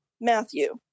Matthew